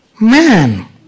man